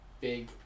big